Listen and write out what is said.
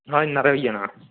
ना इन्ना हारा होई जाना